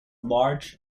large